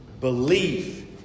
belief